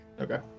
Okay